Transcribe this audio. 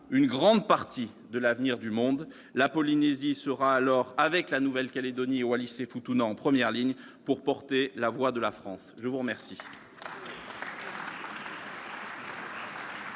une grande partie de l'avenir du monde ; la Polynésie sera alors, avec la Nouvelle-Calédonie et Wallis-et-Futuna, en première ligne pour porter la voix de la France ! La parole